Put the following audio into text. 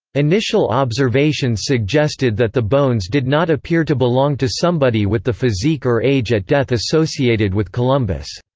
initial observations suggested that the bones did not appear to belong to somebody with the physique or age at death associated with columbus.